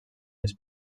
les